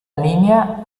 linea